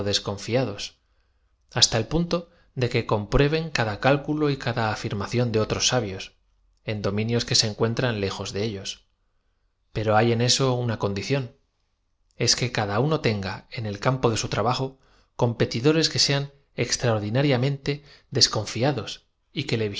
dosf haata el punto de qne comprueben cada cálculo y cada afirmación de otros sabios en dominios qne be encuentren lejos de ellos pero hay en eso una condí ción es que cada uno tenga en el campo de su traba jo competidores que sean extraordinariamente des confiadosf y que le